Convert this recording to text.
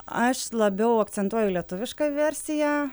aš labiau akcentuoju lietuvišką versiją